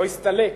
לא הסתלק,